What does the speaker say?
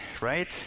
right